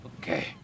Okay